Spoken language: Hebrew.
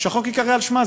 שהחוק ייקרא על שמה,